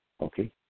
Okay